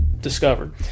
discovered